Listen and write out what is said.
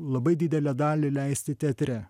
labai didelę dalį leisti teatre